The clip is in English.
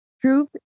Truth